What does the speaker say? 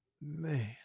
man